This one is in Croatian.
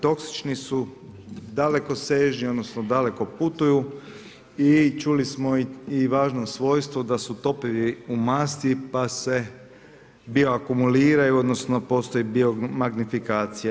Toksični su daleko, dalekosežni odnosno daleko putuju i čuli smo i važno svojstvo da su topivi u masti pa se bioakumuliraju odnosno postoji biomagnifikacija.